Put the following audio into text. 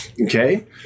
okay